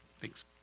Thanks